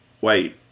wait